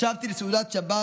ישבתי לסעודת שבת